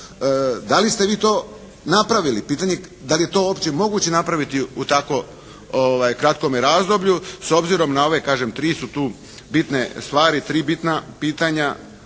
Da li ste vi to napravili? Pitanje je da li je to uopće moguće napraviti u tako kratkome razdoblju, s obzirom ove kažem tri su tu bitne stvari, tri bitna pitanja.